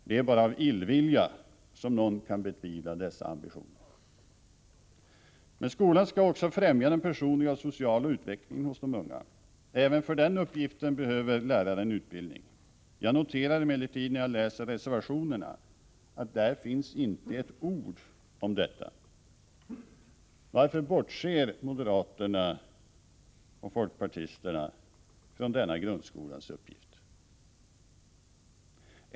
Det är bara av illvilja som någon kan betvivla dessa ambitioner. Skolan skall också främja den personliga och sociala utvecklingen hos de unga. Även för den uppgiften behöver läraren utbildning. Jag noterar emellertid när jag läser reservationerna att där inte finns ett ord om detta. Varför bortser moderaterna och folkpartisterna från denna grundskolans uppgift?